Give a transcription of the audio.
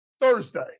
Thursday